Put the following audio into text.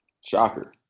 Shocker